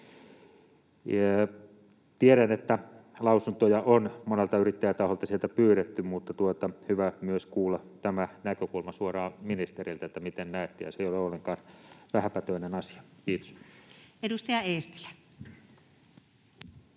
Tiedän, että lausuntoja on monelta yrittäjätaholta pyydetty, mutta on hyvä myös kuulla tämä näkökulma suoraan ministeriltä, miten näette, ja se ei ole ollenkaan vähäpätöinen asia. — Kiitos. [Speech